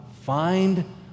Find